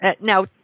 now